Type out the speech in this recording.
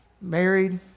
married